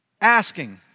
Asking